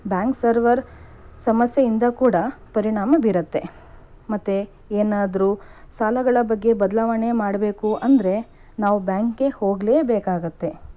bank server ಸಮಸ್ಯೆಯಿಂದ ಕೂಡ ಪರಿಣಾಮ ಬೀರುತ್ತೆ ಮತ್ತು ಏನಾದ್ರೂ ಸಾಲಗಳ ಬಗ್ಗೆ ಬದಲಾವಣೆ ಮಾಡಬೇಕು ಅಂದರೆ ನಾವು ಬ್ಯಾಂಕ್ಗೆ ಹೋಗಲೇಬೇಕಾಗುತ್ತೆ